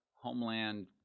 homeland